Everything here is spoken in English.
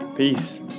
Peace